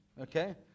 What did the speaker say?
Okay